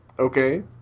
okay